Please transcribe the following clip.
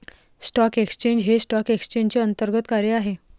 stock exchange हे stock एक्सचेंजचे अंतर्गत कार्य आहे